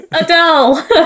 Adele